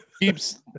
keeps